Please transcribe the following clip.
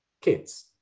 kids